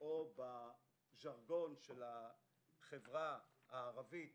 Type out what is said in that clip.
או בז'רגון של החברה הערבית